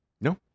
No